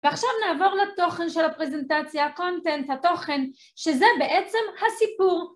ועכשיו נעבור לתוכן של הפרזנטציה, ה-content, התוכן, שזה בעצם הסיפור.